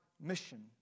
mission